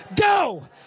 Go